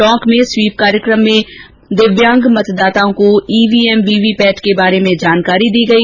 टोंक में स्वीप कार्यक्रम में दिव्यांग मतदाताओं को ईवीएम वीवीपेट के बारे में जानकारी दी गई